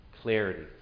clarity